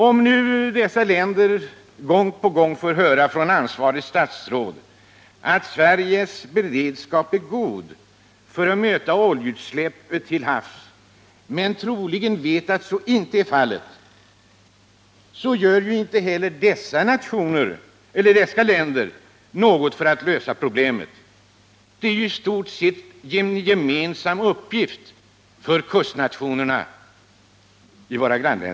Om nu dessa länder gång på gång får höra från ansvarigt statsråd att Sveriges beredskap är god för att möta oljeutsläpp till havs, men troligen vet att så inte är fallet, gör inte heller dessa länder något för att lösa problemet. Det är ju i stort sett en gemensam uppgift för kustnationerna.